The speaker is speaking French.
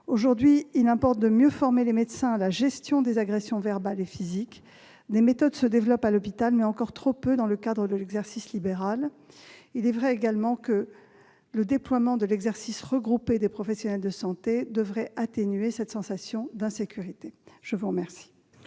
Aujourd'hui, il importe de mieux former les médecins à la gestion des agressions verbales et physiques. Des méthodes se développent à l'hôpital, mais encore trop peu dans le cadre de l'exercice libéral. Il est vrai également que le déploiement du regroupement des professionnels de santé devrait atténuer la sensation d'insécurité. La parole